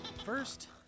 First